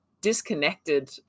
disconnected